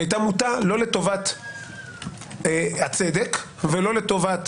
והיא הייתה מוטה לא לטובת הצדק ולא לטובת